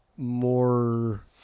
more